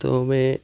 તો અમે